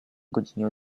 godzinie